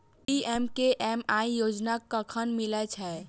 PMKMY योजना कखन मिलय छै?